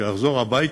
כשהוא יחזור הביתה,